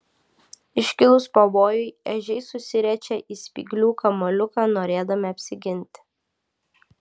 iškilus pavojui ežiai susiriečia į spyglių kamuoliuką norėdami apsiginti